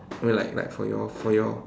you know like like for your for your